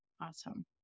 Awesome